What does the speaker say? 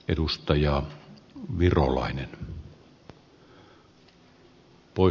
ne priorisoidaan oikein